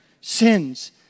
sins